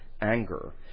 anger